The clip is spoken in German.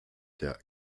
der